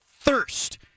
thirst